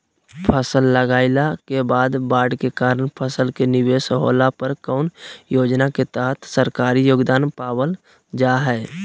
फसल लगाईला के बाद बाढ़ के कारण फसल के निवेस होला पर कौन योजना के तहत सरकारी योगदान पाबल जा हय?